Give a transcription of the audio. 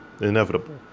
inevitable